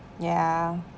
ya